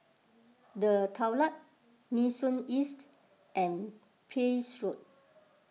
the Daulat Nee Soon East and Pepys Road